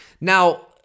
Now